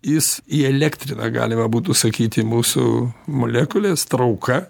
jis įelektrina galima būtų sakyti mūsų molekules trauka